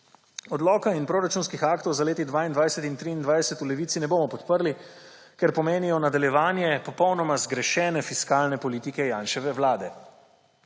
Odloka in proračunskih aktov za leti 2022 in 2023 v Levici ne bomo podprli, ker pomenijo nadaljevanje popolnoma zgrešene fiskalne politike Janševe vlade.